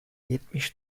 yetmiş